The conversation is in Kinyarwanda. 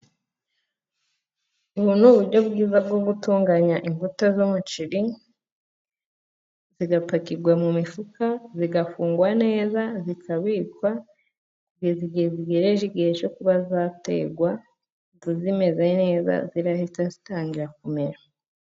Ubu ni uburyo bwiza bwo gutunganya imbuto z'umuceri, zigapakirwa mu mifuka zigafungwa neza, zikabikwa kugeza igihe zigereje igihe cyo kuba zaterwa zimeze neza zirahita zitangira kumera.